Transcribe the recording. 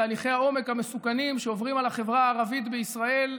תהליכי העומק המסוכנים שעוברים על החברה הערבית בישראל.